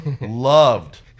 loved